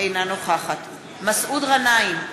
אינה נוכחת מסעוד גנאים,